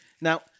Now